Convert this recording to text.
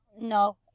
No